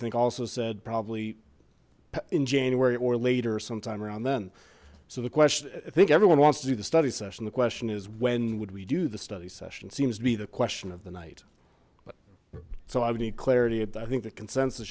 think also said probably in january or later sometime around then so the question i think everyone wants to do the study session the question is when would we do the study session seems to be the question of the night so i would need clarity i think the consensus